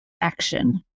action